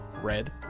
Red